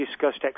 discussed